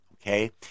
Okay